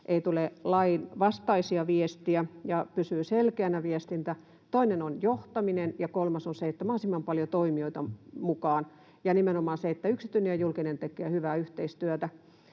ei tule lainvastaisia viestejä ja pysyy selkeänä viestintä. Toinen on johtaminen, ja kolmas on se, että otetaan mahdollisimman paljon toimijoita mukaan — ja nimenomaan se, että yksityinen ja julkinen tekevät hyvää yhteistyötä.